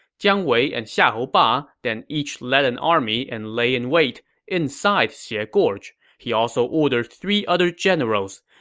jiang wei and xiahou ba then each led an army and lay in wait inside xie gorge. he also ordered three other generals,